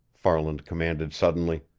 farland commanded suddenly.